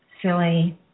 silly